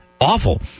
awful